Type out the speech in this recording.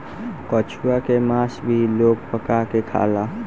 कछुआ के मास भी लोग पका के खाला